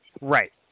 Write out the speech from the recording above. Right